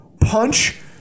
punch